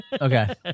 Okay